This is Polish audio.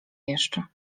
jeszcze